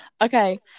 Okay